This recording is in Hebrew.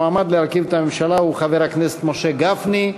המועמד להרכיב את הממשלה הוא חבר הכנסת משה גפני,